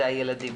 הילדים.